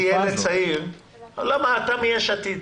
אתה מיש עתיד.